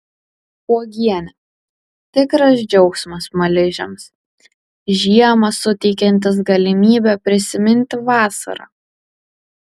uogienė tikras džiaugsmas smaližiams žiemą suteikiantis galimybę prisiminti vasarą